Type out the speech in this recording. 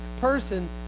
person